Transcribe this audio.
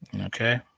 Okay